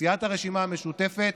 לסיעת הרשימה המשותפת